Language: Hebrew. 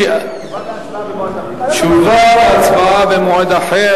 ישיב, תשובה והצבעה במועד אחר.